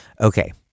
Okay